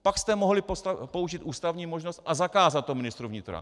Pak jste mohli použít ústavní možnost a zakázat to ministru vnitra.